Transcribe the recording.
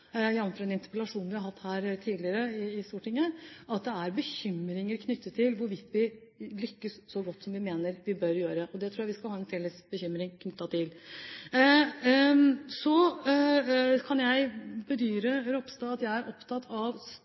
interpellasjon vi har hatt her tidligere i Stortinget, at det er bekymringer knyttet til hvorvidt vi lykkes så godt som vi mener vi bør gjøre. Det tror jeg vi skal ha en felles bekymring for. Så kan jeg bedyre overfor Ropstad at jeg er opptatt av